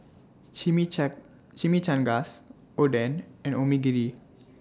Chimichangas Oden and Onigiri